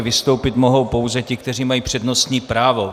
Vystoupit mohou pouze ti, kteří mají přednostní právo.